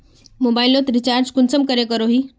Mobile लोत recharge कुंसम करोही?